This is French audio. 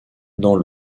dans